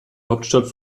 hauptstadt